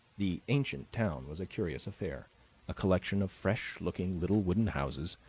the ancient town was a curious affair a collection of fresh-looking little wooden houses,